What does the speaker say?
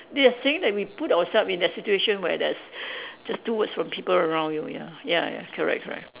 they are saying that we put ourself in that situation where there's there's two words from people around you ya ya ya correct correct